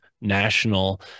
national